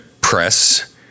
press